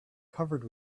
covered